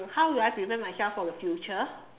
how do I prevent myself from the future